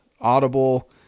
audible